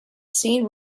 seen